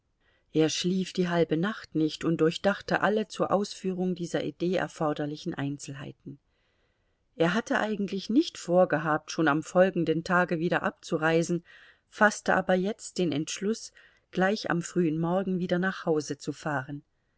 er schlief die halbe nacht nicht und durchdachte alle zur ausführung dieser idee erforderlichen einzelheiten er hatte eigentlich nicht vorgehabt schon am folgenden tage wieder abzureisen faßte aber jetzt den entschluß gleich am frühen morgen wieder nach hause zu fahren